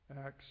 Acts